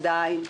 עדיין,